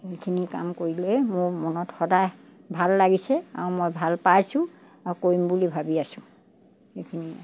এইখিনি কাম কৰিলেই মোৰ মনত সদায় ভাল লাগিছে আৰু মই ভাল পাইছোঁ আৰু কৰিম বুলি ভাবি আছো এইখিনিয়ে আৰু